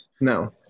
No